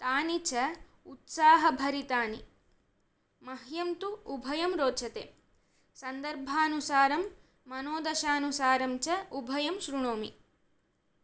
तानि च उत्साहभरितानि मह्यं तु उभयं रोचते सन्दर्भानुसारं मनोदशानुसारं च उभयं श्रुणोमि